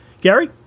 Gary